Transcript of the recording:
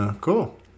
cool